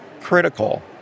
critical